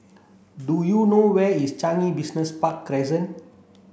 do you know where is Changi Business Park Crescent